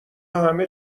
همه